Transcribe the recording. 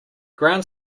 ground